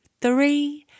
three